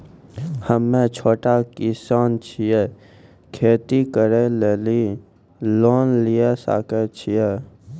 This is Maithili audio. हम्मे छोटा किसान छियै, खेती करे लेली लोन लिये सकय छियै?